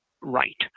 right